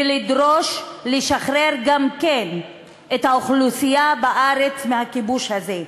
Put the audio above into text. ולדרוש לשחרר גם את האוכלוסייה בארץ מהכיבוש הזה.